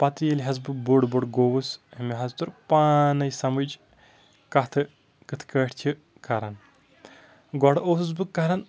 پَتہٕ ییٚلہِ حظ بہٕ بوٚڑ بوٚڑ گوٚوُس مےٚ حظ توٚر پانَے سَمٕج کَتھٕ کِتھ کٔٹھۍ چھِ کَران گۄڈٕ اوسُس بہٕ کَران